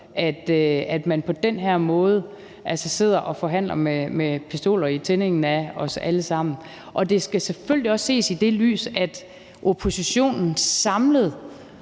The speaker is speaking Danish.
at man på den her måde sidder og forhandler med en pistol i tindingen på os alle sammen. Og det skal selvfølgelig også ses i det lys, at oppositionen har